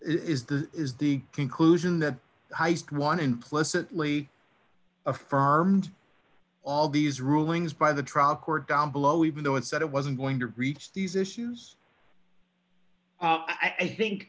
is the is the conclusion that the heist one implicitly affirmed all these rulings by the trial court down below even though it said it wasn't going to reach these issues i think